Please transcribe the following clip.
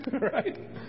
Right